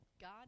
God